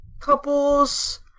couples